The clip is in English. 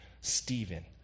Stephen